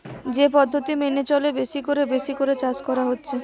যে পদ্ধতি মেনে চলে বেশি কোরে বেশি করে চাষ করা হচ্ছে